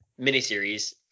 miniseries